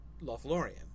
Lothlorien